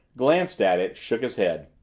glanced at it, shook his head.